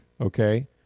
Okay